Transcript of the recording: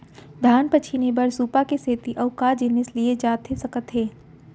धान पछिने बर सुपा के सेती अऊ का जिनिस लिए जाथे सकत हे?